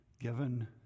given